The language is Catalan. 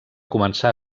començar